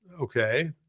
Okay